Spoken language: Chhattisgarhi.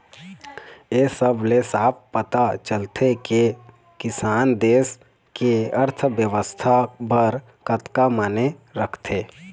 ए सब ले साफ पता चलथे के किसान देस के अर्थबेवस्था बर कतका माने राखथे